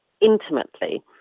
intimately